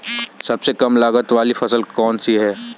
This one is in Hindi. सबसे कम लागत वाली फसल कौन सी है?